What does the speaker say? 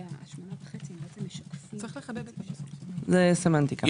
זאת סמנטיקה.